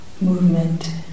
movement